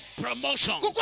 promotion